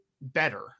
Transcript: better